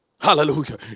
Hallelujah